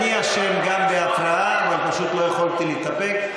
גם אני אשם בהפרעה, אבל פשוט לא יכולתי להתאפק.